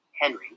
Henry